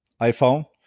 iPhone